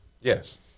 yes